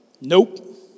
Nope